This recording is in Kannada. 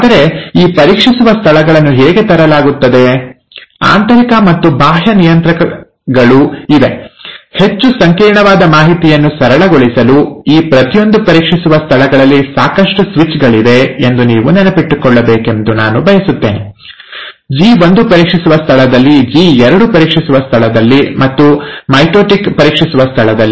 ಆದರೆ ಈ ಪರೀಕ್ಷಿಸುವ ಸ್ಥಳಗಳನ್ನು ಹೇಗೆ ತರಲಾಗುತ್ತದೆ ಆಂತರಿಕ ಮತ್ತು ಬಾಹ್ಯ ನಿಯಂತ್ರಕಗಳು ಇವೆ ಹೆಚ್ಚು ಸಂಕೀರ್ಣವಾದ ಮಾಹಿತಿಯನ್ನು ಸರಳಗೊಳಿಸಲು ಈ ಪ್ರತಿಯೊಂದು ಪರೀಕ್ಷಿಸುವ ಸ್ಥಳಗಳಲ್ಲಿ ಸಾಕಷ್ಟು ಸ್ವಿಚ್ ಗಳಿವೆ ಎಂದು ನೀವು ನೆನಪಿಟ್ಟುಕೊಳ್ಳಬೇಕೆಂದು ನಾನು ಬಯಸುತ್ತೇನೆ ಜಿ1 ಪರೀಕ್ಷಿಸುವ ಸ್ಥಳದಲ್ಲಿ ಜಿ2 ಪರೀಕ್ಷಿಸುವ ಸ್ಥಳದಲ್ಲಿ ಮತ್ತು ಮೈಟೊಟಿಕ್ ಪರೀಕ್ಷಿಸುವ ಸ್ಥಳದಲ್ಲಿ